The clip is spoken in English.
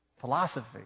philosophy